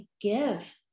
give